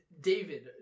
David